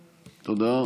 תודה.